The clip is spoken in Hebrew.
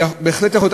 בהחלט יכול להיות.